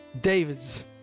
David's